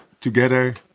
together